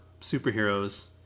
superheroes